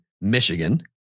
Michigan